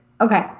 Okay